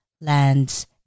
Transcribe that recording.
lands